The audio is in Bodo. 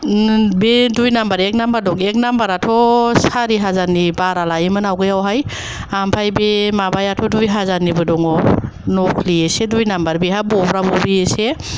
बे दुइ नाम्बार एक नाम्बार दं एक नाम्बाराथ' सारि हाजारनि बारा लायोमोन अवगययावहाय आमफ्राय बे माबायाथ' दुइ हाजारनिबो दङ नख्लि एसे दुइ नाम्बार बेहा बब्रा बब्रि एसे